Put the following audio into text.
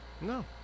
No